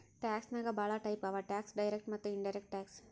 tax ನಾಗ್ ಭಾಳ type ಅವಾ ಟ್ಯಾಕ್ಸ್ ಡೈರೆಕ್ಟ್ ಮತ್ತ ಇನಡೈರೆಕ್ಟ್ ಟ್ಯಾಕ್ಸ್